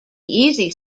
easy